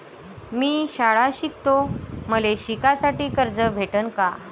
मी शाळा शिकतो, मले शिकासाठी कर्ज भेटन का?